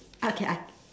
okay I